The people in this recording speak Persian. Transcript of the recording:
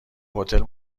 هتل